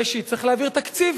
ראשית, צריך להעביר תקציב.